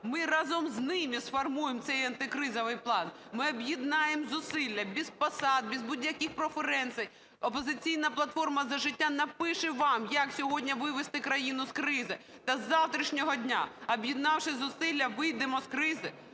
ми разом з ними сформуємо цей антикризовий план. Ми об'єднаємо зусилля без посад, без будь-яких преференцій. "Опозиційна платформа - За життя" напише вам як сьогодні вивести країну з кризи та з завтрашнього дня. Об'єднавши зусилля, вийдемо з кризи,